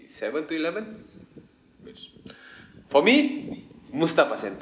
seven to eleven for me mustafa centre